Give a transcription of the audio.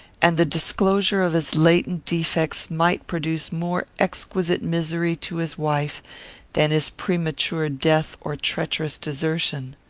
and the disclosure of his latent defects might produce more exquisite misery to his wife than his premature death or treacherous desertion.